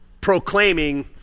proclaiming